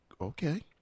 okay